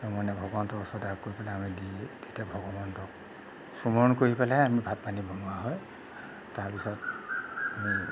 মানে ভগৱন্তৰ ওচৰত আগ কৰি পেলাই আমি দি তেতিয়া ভগৱন্তক স্মৰণ কৰি পেলাইহে আমি ভাত পানী বনোৱা হয় তাৰপিছত